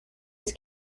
his